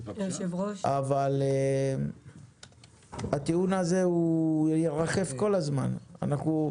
אבל הטיעון הזה ירחף כל הזמן מעלינו.